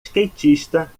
skatista